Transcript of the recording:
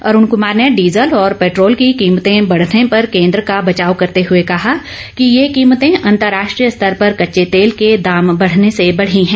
अरूण कुमार ने डीजल और पेंट्रोल की कीमतें बढ़ने पर केंद्र का बचाव करते हुए कहा कि ये कीमते अंतर्राष्ट्रीय स्तर पर कच्चे तेल के दाम बढ़ने से बढ़ी हैं